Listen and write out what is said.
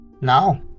Now